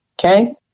Okay